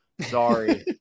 Sorry